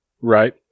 Right